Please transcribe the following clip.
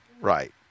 right